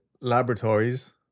Laboratories